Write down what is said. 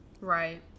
right